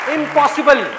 Impossible